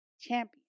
champion